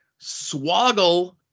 Swoggle